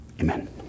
Amen